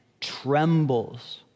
trembles